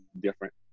different